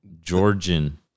Georgian